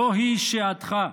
ניר: זוהי שעתך.